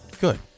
good